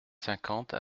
cinquante